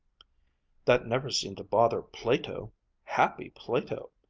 that never seemed to bother plato happy plato!